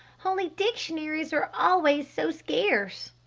only dictionaries are always so scarce.